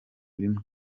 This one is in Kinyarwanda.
bimwe